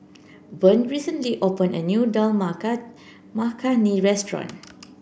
Vern recently opened a new Dal Makhani restaurant